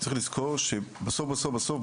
צריך לזכור שבסוף בסוף,